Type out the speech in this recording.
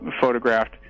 photographed